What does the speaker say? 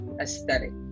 aesthetic